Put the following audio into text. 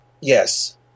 Yes